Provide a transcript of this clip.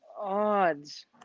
odds